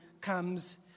comes